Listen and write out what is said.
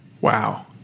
wow